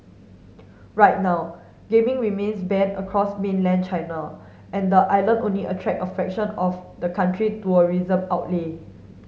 right now gaming remains banned across mainland China and the island only attract a fraction of the country tourism outlay